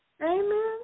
Amen